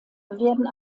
werden